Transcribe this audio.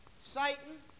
Satan